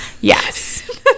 yes